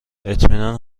اطمینان